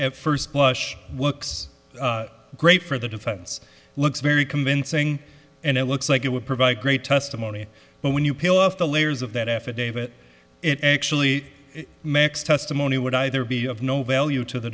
at first blush looks great for the defense looks very convincing and it looks like it would provide great testimony but when you peel off the layers of that affidavit it actually makes testimony would either be of no value to the